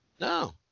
No